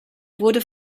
wurde